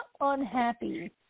unhappy